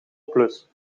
plus